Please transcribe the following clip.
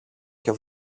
και